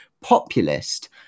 populist